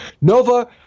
Nova